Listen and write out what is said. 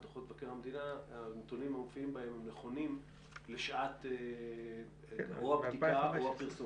והנתונים בדוחות מבקר המדינה נכונים לשעת הבדיקה או הפרסום.